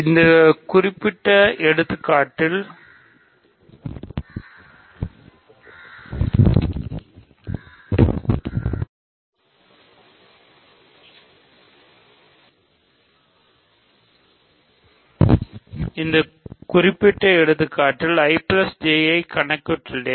இந்த குறிப்பிட்ட எடுத்துக்காட்டில் I J ஐ கணக்கிட்டுள்ளேன்